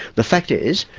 the fact is,